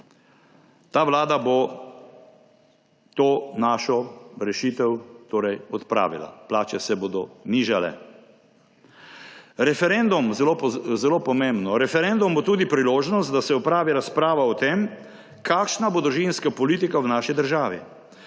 Ta vlada bo to našo rešitev torej odpravila, plače se bodo nižale. Referendum − zelo zelo pomembno − bo tudi priložnost, da se opravi razprava o tem, kakšna bo družinska politika v naši državi.